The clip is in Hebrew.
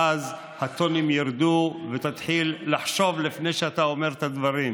ואז הטונים ירדו ותתחיל לחשוב לפני שאתה אומר את הדברים.